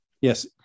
Yes